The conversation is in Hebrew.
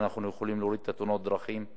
נוכל להוריד את מספר תאונות הדרכים.